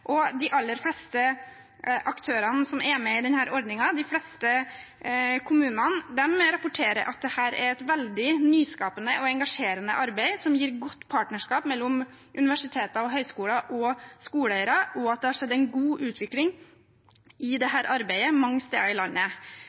De aller fleste aktørene som er med i denne ordningen, de fleste kommunene, rapporterer at dette er et veldig nyskapende og engasjerende arbeid, som gir godt partnerskap mellom universiteter, høyskoler og skoleeiere, og at det har skjedd en god utvikling i dette arbeidet mange steder i landet.